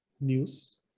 news